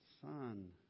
son